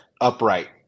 upright